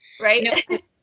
Right